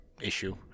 issue